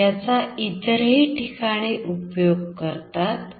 याचा इतरही ठिकाणी उपयोग करतात